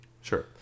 Sure